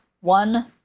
one